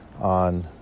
on